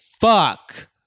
fuck